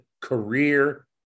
career